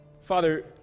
Father